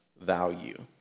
value